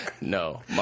No